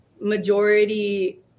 majority